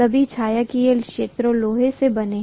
सभी छायांकित क्षेत्र लोहे से बने हैं